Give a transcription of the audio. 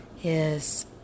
Yes